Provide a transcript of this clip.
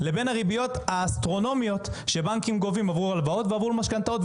לבין הריביות האסטרונומיות שבנקים גובים עבור הלוואות ועבור משכנתאות.